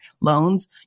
loans